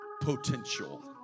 potential